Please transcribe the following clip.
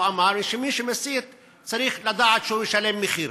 הוא אמר שמי שמסית צריך לדעת שהוא ישלם מחיר.